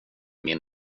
min